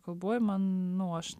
kalboj manau nu aš